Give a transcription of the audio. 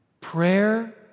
Prayer